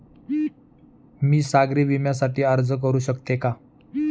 मी सागरी विम्यासाठी अर्ज करू शकते का?